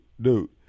dude